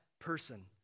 person